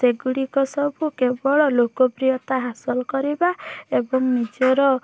ସେଗୁଡ଼ିକ ସବୁ କେବଳ ଲୋକପ୍ରିୟତା ହାସଲ କରିବା ଏବଂ ନିଜର